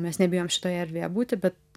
mes nebijom šitoje erdvėje būti bet